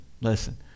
listen